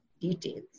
details